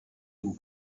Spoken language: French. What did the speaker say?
aux